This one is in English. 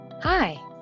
Hi